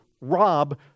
rob